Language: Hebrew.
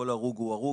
כל הרוג הוא הרוג.